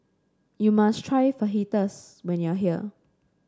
you must try Fajitas when you are here